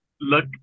look